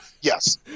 Yes